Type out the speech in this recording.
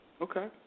Okay